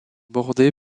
bordée